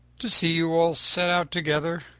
to see you all set out together.